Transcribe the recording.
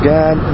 God